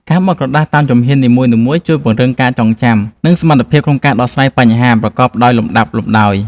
ការបត់ក្រដាសតាមជំហាននីមួយៗជួយពង្រឹងការចងចាំ និងសមត្ថភាពក្នុងការដោះស្រាយបញ្ហាប្រកបដោយលំដាប់លម្ដោយ។